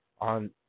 on